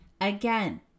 Again